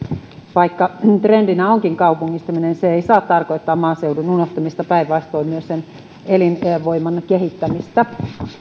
vaikka trendinä onkin kaupungistuminen se ei saa tarkoittaa maaseudun unohtamista päinvastoin vaan myös sen elinvoiman kehittämistä